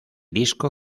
disco